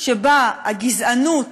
שהגזענות